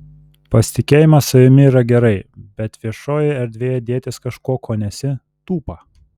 pasitikėjimas savimi yra gerai bet viešojoje erdvėje dėtis kažkuo kuo nesi tūpa